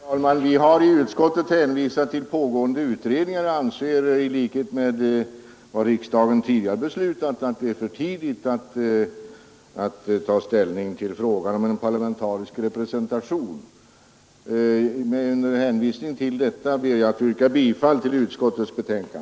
Herr talman! Vi har i utskottet hänvisat till pågående utredningar och anser fortfarande, i likhet med vad riksdagen tidigare har beslutat, att det är för tidigt att ta ställning till frågan om parlamentarisk representation. Med hänvisning härtill yrkar jag bifall till utskottets hemställan.